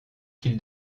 qu’il